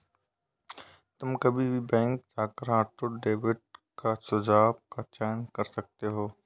तुम कभी भी बैंक जाकर ऑटो डेबिट का सुझाव का चयन कर सकते हो